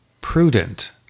prudent